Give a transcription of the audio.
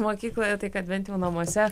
mokykloje tai kad bent jau namuose